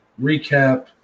recap